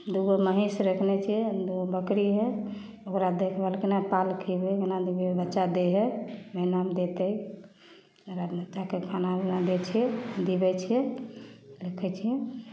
दूगो महीष रखने छियै दूगो बकरी है ओकरा देखभाल केना पाल खीएबै केना दूगो बच्चा दै है खाना देत है खाना उना दै छियै दूहै छियै रक्खै छियै